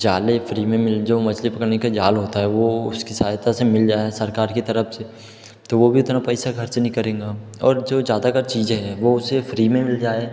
जाल फ्री में मिले जो मछली पकड़ने का जाल होता है वो उसकी सहायता से मिल जाएं सरकार की तरफ़ से तो वो भी इतना पैसा ख़र्च नहीं करेगा और जो ज़्यादाकर चीज़ें हैं वो उसे फ्री में मिल जाए